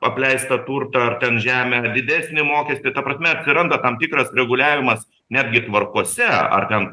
apleistą turtą ar ten žemę didesnį mokestį ta prasme atsiranda tam tikras reguliavimas netgi tvarkose ar ten